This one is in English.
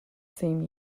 same